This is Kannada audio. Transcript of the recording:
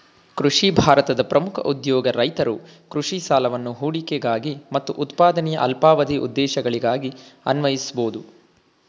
ಕೃಷಿ ಭಾರತದ ಪ್ರಮುಖ ಉದ್ಯೋಗ ರೈತರು ಕೃಷಿ ಸಾಲವನ್ನು ಹೂಡಿಕೆಗಾಗಿ ಮತ್ತು ಉತ್ಪಾದನೆಯ ಅಲ್ಪಾವಧಿ ಉದ್ದೇಶಗಳಿಗಾಗಿ ಅನ್ವಯಿಸ್ಬೋದು